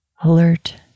alert